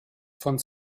von